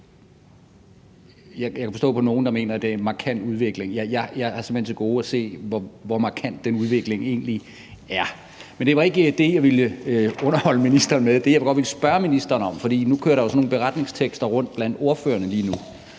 Jeg kan forstå, at der er nogle, der mener, at det er en markant udvikling. Jeg har simpelt hen til gode at se, hvor markant den udvikling egentlig er. Men det var ikke det, jeg ville underholde ministeren med. Jeg vil godt spørge ministeren om noget. Lige nu kører der jo sådan nogle beretningstekster rundt blandt ordførerne.